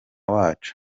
wacu